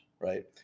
right